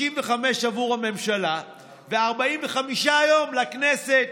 55 עבור הממשלה ו-45 יום לכנסת.